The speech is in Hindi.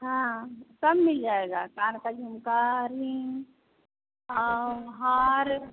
हाँ सब मिल जाएगा कान का झुमका रिंग और हार